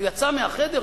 הוא יצא מהחדר,